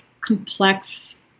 complex